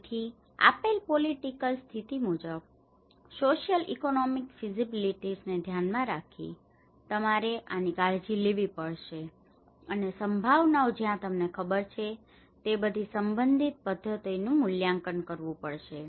તેથી આપેલ પોલિટિકલ સ્થિતિ મુજબ સોશિયલ ઇકોનોમિક ફીઝીબીલીટીઝ ને ધ્યાનમાં રાખીને તમારે આની કાળજી લેવી પડશે અને સંભાવનાઓ જ્યાં તમને ખબર છે તે બધી સંબંધિત પદ્ધતિઓનું મૂલ્યાંકન કરવું પડશે